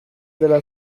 dela